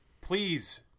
Please